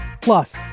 plus